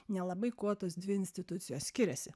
nelabai kuo tos dvi institucijos skiriasi